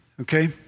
Okay